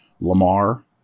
Lamar